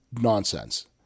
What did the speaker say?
nonsense